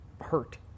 hurt